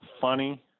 Funny